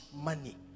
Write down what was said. money